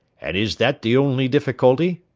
and is that the only difficulty?